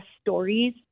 stories